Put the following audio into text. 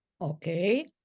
Okay